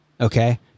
Okay